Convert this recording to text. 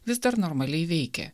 vis dar normaliai veikė